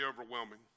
overwhelming